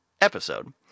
episode